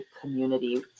community